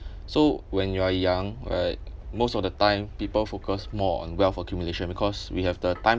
so when you are young right most of the time people focus more on wealth accumulation because we have the time